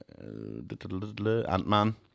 Ant-Man